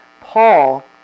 Paul